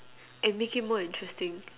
and make it more interesting